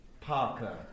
Parker